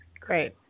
Great